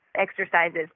exercises